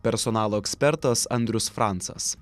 personalo ekspertas andrius francas